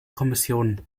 kommission